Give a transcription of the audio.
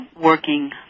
working